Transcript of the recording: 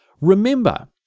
remember